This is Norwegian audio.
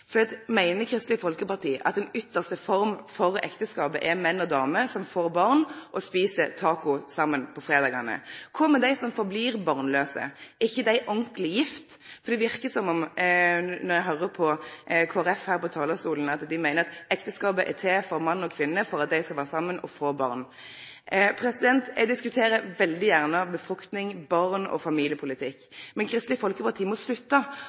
Meiner Kristeleg Folkeparti at den ytste forma for ekteskap er mann og dame som får barn og et taco saman på fredagane? Kva med dei som blir verande barnlause? Er ikkje dei ordentleg gifte? Det verkar som om, når eg høyrer på Kristeleg Folkeparti her på talarstolen, at dei meiner at ekteskapet er til for mann og kvinne for at dei skal vere saman og få barn. Eg diskuterer veldig gjerne befruktning, barn og familiepolitikk, men Kristeleg Folkeparti må slutte å